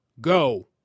Go